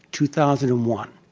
two thousand and one.